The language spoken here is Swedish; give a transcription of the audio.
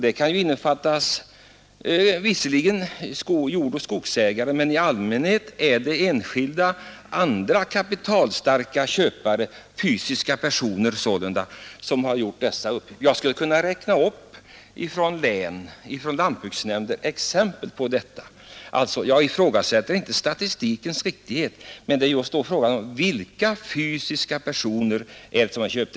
Det begreppet kan visserligen innefatta jordoch skogsägare, men i allmänhet är det enskilda andra kapitalstarka köpare — fysiska personer —som har gjort dessa uppköp. Jag skulle kunna räkna upp exempel på detta. Jag ifrågasätter sålunda inte statistikens riktighet, men det är fråga om vilka fysiska personer det är som har gjort köpen.